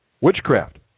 witchcraft